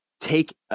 take